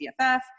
BFF